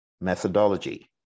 methodology